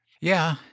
Yeah